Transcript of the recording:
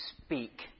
speak